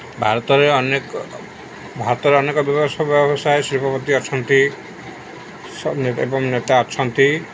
ଭାରତରେ ଅନେକ ଭାରତରେ ଅନେକ ବ୍ୟବସାୟ ବ୍ୟବସାୟୀ ଶିଳ୍ପପତି ଅଛନ୍ତି ଏବଂ ନେତା ଅଛନ୍ତି